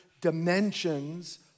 dimensions